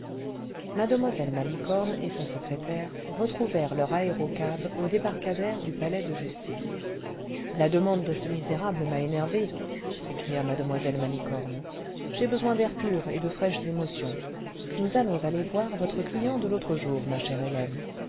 mile malicorne et sa secrétaire retrouvèrent leur aérocab au débarcadère du palais cle justice ce la demande de ce misérable m'a énervée s'écria mue malicorne j'ai besoin d'air pur et de fraîches émotions nous allons aller voir votre client de l'autre jour ma chère hélène